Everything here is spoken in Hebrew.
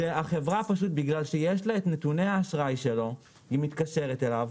שבגלל שלחברה יש נתוני האשראי שלו היא מתקשרת אליו.